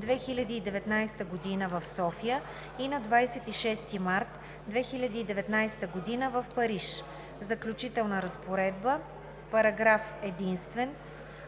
2019 г. в София и на 26 март 2019 г. в Париж. Заключителна разпоредба Параграф единствен.